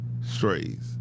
Strays